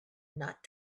not